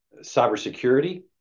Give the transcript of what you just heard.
cybersecurity